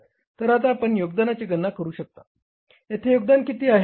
तर आता आपण योगदानाची गणना करू शकता येथे योगदान किती आहे